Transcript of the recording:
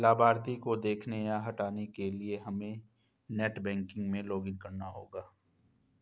लाभार्थी को देखने या हटाने के लिए हमे नेट बैंकिंग में लॉगिन करना होगा